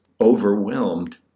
overwhelmed